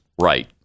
Right